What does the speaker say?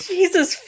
Jesus